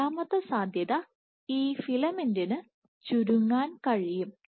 രണ്ടാമത്തെ സാധ്യത ഈ ഫിലമെന്റിന് ചുരുങ്ങാൻ കഴിയും